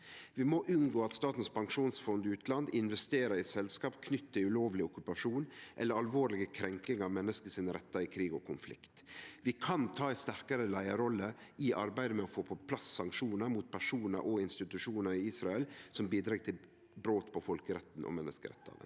Vi må unngå at Statens pensjonsfond utland investerer i selskap knytte til ulovleg okkupasjon eller alvorlege krenkingar av menneske sine rettar i krig og konflikt. Vi kan ta ei sterkare leiarrolle i arbeidet med å få på plass sanksjonar mot personar og institusjonar i Israel som bidreg til brot på folkeretten og menneskerettane.